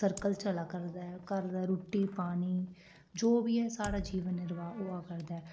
circle चला करदा ऐ घर दा रुट्टी पानी जो बी ऐ साढ़ा जीवन निर्वाह होआ करदा ऐ